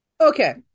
Okay